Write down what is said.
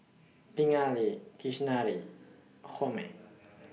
Pingali Kasinadhuni Homi